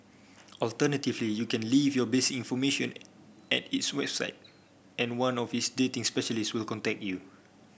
alternatively you can leave your base information at its website and one of its dating specialist will contact you